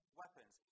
weapons